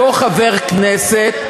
אותו חבר כנסת,